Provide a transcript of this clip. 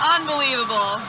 Unbelievable